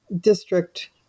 district